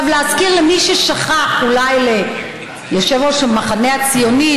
להזכיר למי ששכח אולי ליושב-ראש המחנה הציוני,